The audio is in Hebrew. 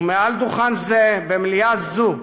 ומעל דוכן זה, במליאה זו,